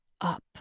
up